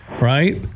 right